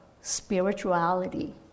spirituality